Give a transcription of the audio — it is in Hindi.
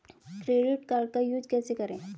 क्रेडिट कार्ड का यूज कैसे करें?